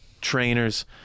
trainers